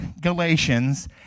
Galatians